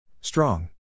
Strong